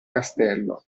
castello